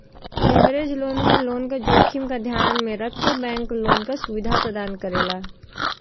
leverage loan में loan क जोखिम क ध्यान में रखके बैंक लोन क सुविधा प्रदान करेला